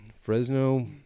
Fresno